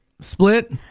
split